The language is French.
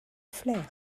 flers